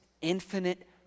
infinite